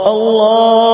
Allah